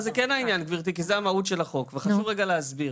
אבל זה כן העניין גברתי כי זו המהות של החוק וחשוב רגע להסביר.